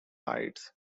sites